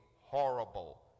horrible